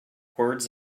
words